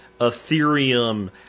Ethereum